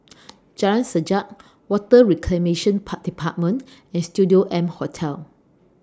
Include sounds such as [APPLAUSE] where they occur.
[NOISE] Jalan Sajak Water Reclamation Par department and Studio M Hotel